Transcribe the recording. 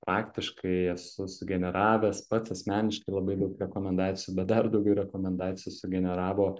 praktiškai esu sugeneravęs pats asmeniškai labai daug rekomendacijų bet dar daugiau rekomendacijų sugeneravo